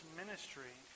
ministry